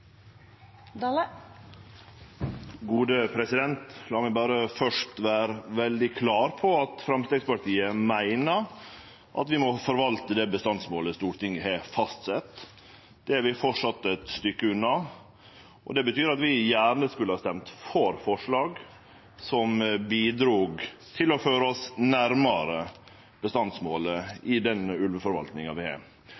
La meg berre først vere veldig klar på at Framstegspartiet meiner at vi må forvalte det bestandsmålet Stortinget har fastsett. Det er vi framleis eit stykke unna, og det betyr at vi gjerne skulla ha røysta for forslag som bidreg til å føre oss nærmare bestandsmålet